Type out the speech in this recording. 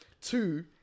Two